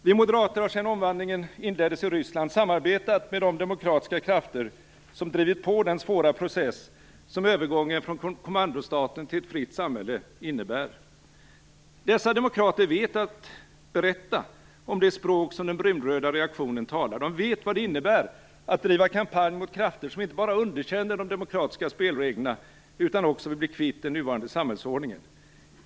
Vi moderater har sedan omvandlingen inleddes i Ryssland samarbetat med de demokratiska krafter som drivit på den svåra process som övergången från kommandostaten till ett fritt samhälle innebär. Dessa demokrater vet att berätta om det språk som den brunröda reaktionen talar. De vet vad det innebär att driva kampanj mot krafter som inte bara underkänner de demokratiska spelreglerna utan också vill bli kvitt den nuvarande samhällsordningen.